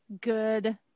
good